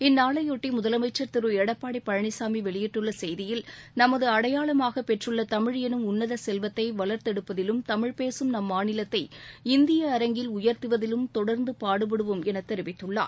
இந்நாளைபொட்டி முதலமைச்சர் திரு எடப்பாடி பழனிசாமி வெளியிட்டுள்ள செய்தியில் நமது அடையாளமாக பெற்றுள்ள தமிழ் எனும் உள்ளத செல்வத்தை வளர்த்தெடுப்பதிலும் தமிழ் பேசும் நம் மாநிலத்தை இந்திய அரங்கில் உயர்த்துவதிலும் தொடர்ந்து பாடுபடுவோம் என தெரிவித்துள்ளார்